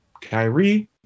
Kyrie